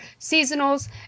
seasonals